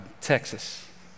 Texas